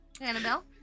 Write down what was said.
Annabelle